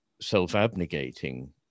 self-abnegating